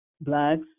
blacks